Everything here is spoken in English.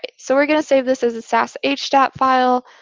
so we're going to save this as this as a sashdat file.